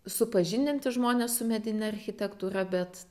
supažindinti žmones su medine architektūra bet